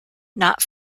not